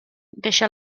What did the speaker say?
deixa